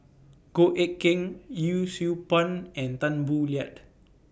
Goh Eck Kheng Yee Siew Pun and Tan Boo Liat